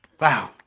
Wow